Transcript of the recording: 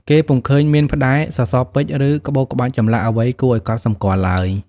គេពុំឃើញមានផ្តែរ សសរពេជ្រ ឬក្បូរក្បាច់ចម្លាក់អ្វីគួរឱ្យកត់សម្គាល់ឡើយ។